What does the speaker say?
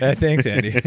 and thanks andy.